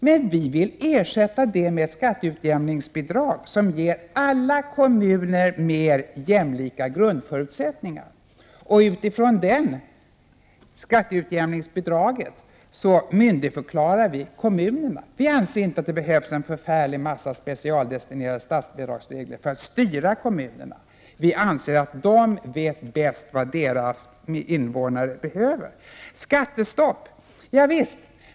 Men vi vill ersätta dem med ett skatteutjämningsbidrag som ger alla kommuner mer jämlika grundförutsättningar. Och utifrån det skatteutjämningsbidraget myndigförklarar vi kommunerna. Vi anser inte att det behövs en förfärlig massa specialdestinerade statsbidragsregler för att styra kommunerna. Vi anser att de vet bäst vad deras invånare behöver. Skattestopp, javisst.